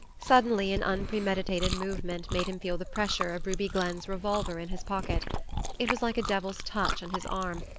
suddenly an unpremeditated movement made him feel the pressure of ruby glenn's revolver in his pocket it was like a devil's touch on his arm,